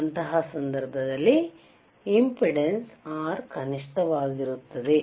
ಅಂತಹ ಸಂದರ್ಭದಲ್ಲಿ impedance R ಕನಿಷ್ಠವಾಗಿರುತ್ತದೆ